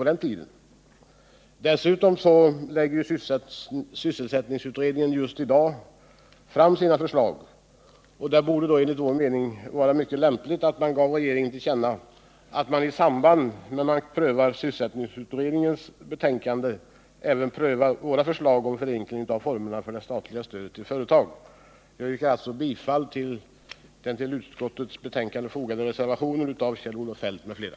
Dessutom lägger sysselsättningsutredningen just i dag fram sina förslag, och då borde det enligt vår mening vara mycket lämpligt att man gav regeringen till känna att man i samband med behandlingen av sysselsättningsutredningens betänkande även prövade våra förslag om förenkling av formerna för det statliga stödet till företagen. Jag yrkar alltså bifall till den till utskottets betänkande fogade reservationen av Kjell-Olof Feldt m.fl.